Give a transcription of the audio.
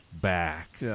back